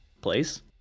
place